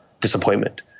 disappointment